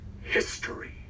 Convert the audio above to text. history